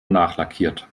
nachlackiert